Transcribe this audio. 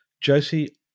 Josie